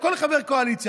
או כל חבר קואליציה,